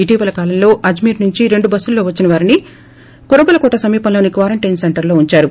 ఇటీవల కాలంలో అజ్మీర్ నుంచి రెండు బస్సుల్లో వచ్చిన వారిని కురబలకోట సమీపంలోని క్సారంటైన్ సెంటర్ లో ఉందారు